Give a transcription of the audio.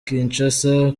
kinshasa